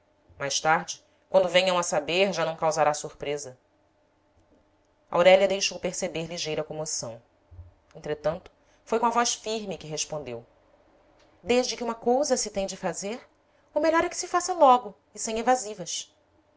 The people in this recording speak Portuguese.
mais tarde quando venham a saber já não causará surpresa aurélia deixou perceber ligeira comoção entretanto foi com a voz firme que respondeu desde que uma cousa se tem de fazer o melhor é que se faça logo e sem evasivas